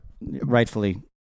rightfully